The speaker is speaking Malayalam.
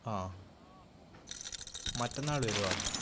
ആ മറ്റന്നാൾ വരുകയാണ്